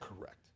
Correct